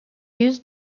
used